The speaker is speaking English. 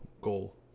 goal